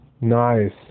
Nice